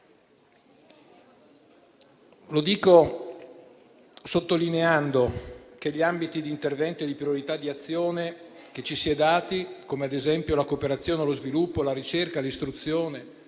Lo dico sottolineando che gli ambiti di intervento e di priorità di azione che ci si è dati - come ad esempio la cooperazione allo sviluppo, la ricerca, l'istruzione,